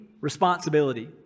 responsibility